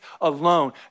alone